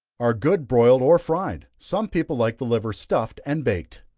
are good, broiled or fried. some people like the liver stuffed and baked.